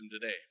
today